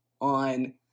on